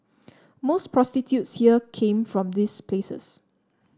most prostitutes here came from these places